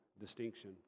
distinction